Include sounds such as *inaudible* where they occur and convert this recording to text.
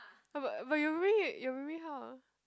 *breath* but but you read your baby how ah